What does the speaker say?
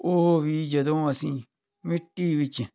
ਉਹ ਵੀ ਜਦੋਂ ਅਸੀਂ ਮਿੱਟੀ ਵਿੱਚ